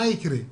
מה יקרה?